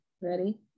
Ready